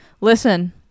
Listen